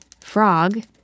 Frog